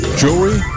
jewelry